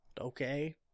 Okay